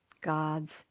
God's